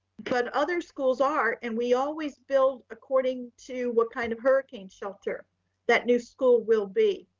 but other schools are. and we always build according to what kind of hurricane shelter that new school will be.